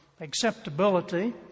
acceptability